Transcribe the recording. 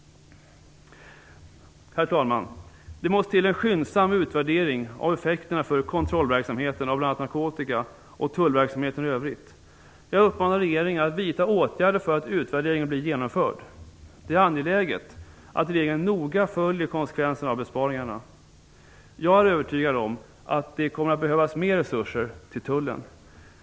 Herr talman! Det måste ske en skyndsam utvärdering av effekterna för kontrollverksamheten av bl.a. narkotika och tullverksamheten i övrigt. Jag uppmanar regeringen att vidta åtgärder för att utvärderingen blir genomförd. Det är angeläget att regeringen noga följer konsekvenserna av besparingarna. Jag är övertygad om att det kommer att behövas mer resurser till tullen.